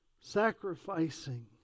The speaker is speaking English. Sacrificing